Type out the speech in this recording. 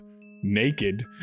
naked